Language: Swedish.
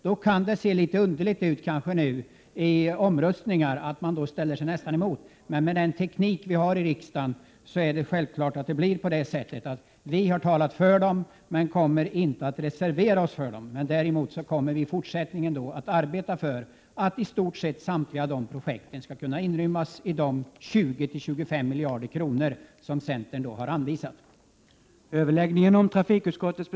Då kan det kanske se litet underligt ut att vi i omröstningarna ställer oss emot varandra, men beroende på den teknik vi har i riksdagen är det självklart att det blir på det sättet. Vi har talat för projekten men inte reserverat för dem. Däremot kommer vi i fortsättningen att arbeta för att i stort sett samtliga dessa projekt skall kunna inrymmas i de 20—25 miljarder som centern har anvisat. En framtidsinriktad En framtidsinriktad